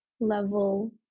Level